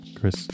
Chris